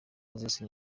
mose